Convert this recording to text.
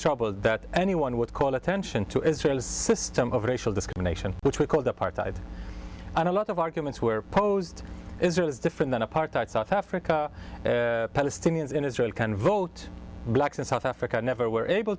troubled that anyone would call attention to israel's system of racial discrimination which we called apartheid and a lot of arguments were posed israel is different than apartheid south africa palestinians in israel can vote blacks in south africa never were able